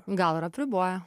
gal ir apriboja